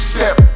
Step